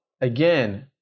again